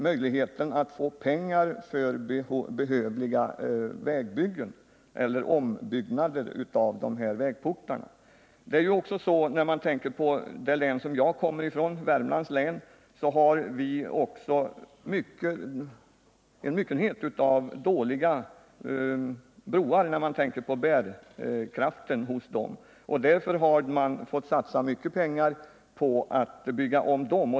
Anslagens storlek avgör vilka möjligheter som finns att utföra behövliga I Värmlands län, som jag kommer ifrån, har vi många broar med dålig Nr 49 bärkraft, och därför har man fått satsa mycket pengar på att bygga om dem.